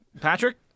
patrick